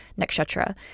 Nakshatra